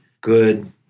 good